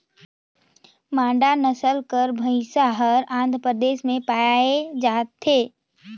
मांडा नसल कर भंइस हर आंध्र परदेस में पाल जाथे